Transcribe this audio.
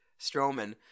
Strowman